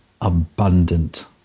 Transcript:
abundant